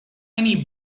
many